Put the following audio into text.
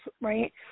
right